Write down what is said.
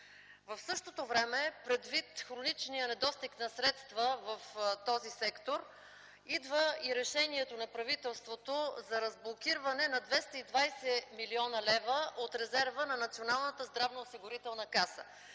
В същото време предвид хроничния недостиг на средства в този сектор идва и решението на правителството за разблокиране на 220 млн. лв. от резерва на Националната здравноосигурителна каса,